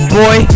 boy